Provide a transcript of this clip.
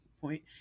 point